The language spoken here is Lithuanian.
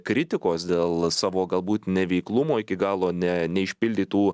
kritikos dėl savo galbūt neveiklumo iki galo ne neišpildytų